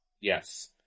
Yes